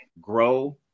grow